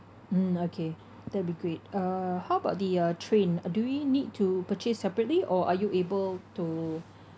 mm okay that'd be great uh how about the uh train uh do we need to purchase separately or are you able to